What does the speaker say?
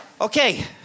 Okay